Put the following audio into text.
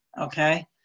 Okay